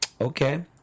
Okay